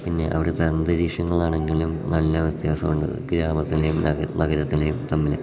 പിന്നെ അവിടുത്തെ അന്തരീക്ഷങ്ങൾ ആണെങ്കിലും നല്ല വ്യത്യാസമുണ്ട് ഗ്രാമത്തിലേയും നഗരത്തിലേയും തമ്മിൽ